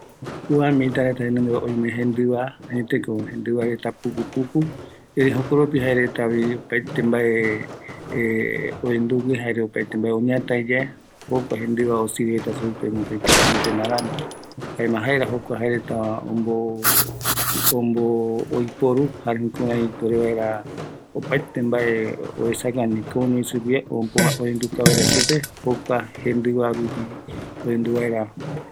Mïtareta jendɨva puku puku, jokoropi jaereta oyanduvi, oiporu antena rämi, ikavi yeye supegua reta, jokoropi jaereta oime guinoi mbaepuere